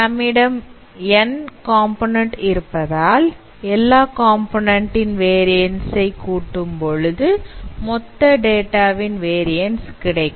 நம்மிடம் n component இருப்பதால் எல்லா காம்போநன்ண்ட் ன் வேரியன்ஸ் ஐ கூட்டும் பொழுது மொத்த டேட்டாவின் வேரியன்ஸ் கிடைக்கும்